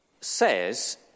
says